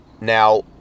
Now